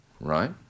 Right